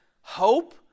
hope